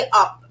up